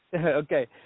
Okay